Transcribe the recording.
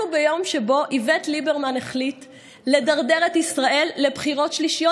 אנחנו ביום שבו איווט ליברמן החליט לדרדר את ישראל לבחירות שלישיות,